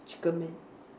chicken man